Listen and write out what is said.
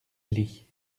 lit